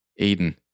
Aiden